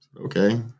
Okay